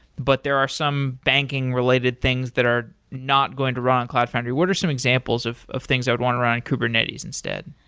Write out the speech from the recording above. but there are some banking related things that are not going to run on cloud foundry. what are some examples of of things i'd want to run in kubernetes instead?